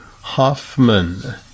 Hoffman